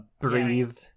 breathe